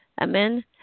Amen